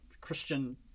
Christian